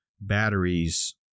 batteries